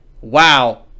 Wow